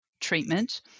treatment